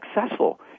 successful